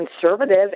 conservative